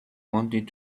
wanted